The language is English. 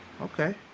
Okay